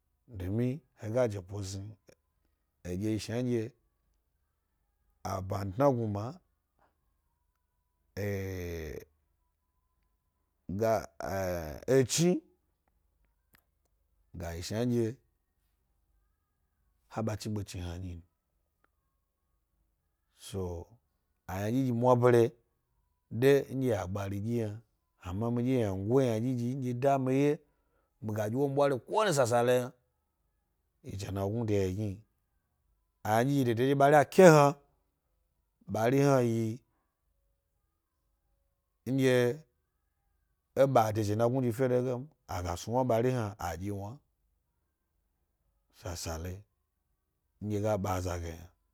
Domi he ga jepo snui edye yi shnandye abantna gnuma, khesirra on echni, ga yi shnadye ha ɓa chigbe chni hna nyi. So aynabyi mwebere de ynango yna, ama midye ynango ynaɗyiɗyi nɗye da mi wye mi ga dyi wo mi ɓwario bole sasale yna, jenagnu de egni aynadyi eyi de bari a ke knab a ri ina yi sasa leyi ndye ga ba az ge nyi.